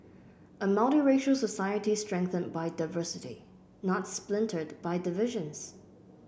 a multiracial society strengthened by diversity not splintered by divisions